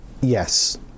Yes